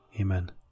Amen